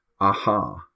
Aha